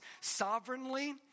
sovereignly